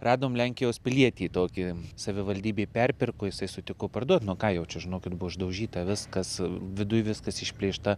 radom lenkijos pilietį tokį savivaldybėj perpirko jisai sutiko parduot nuo ką jau čia žinokit buvo išdaužyta viskas viduj viskas išplėšta